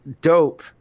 dope